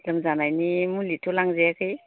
लोमजानायनि मुलिथ' लांजायाखै